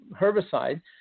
herbicide